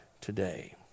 today